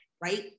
right